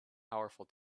powerful